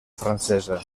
francesa